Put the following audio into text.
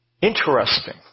Interesting